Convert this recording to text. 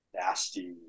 nasty